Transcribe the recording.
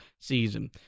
season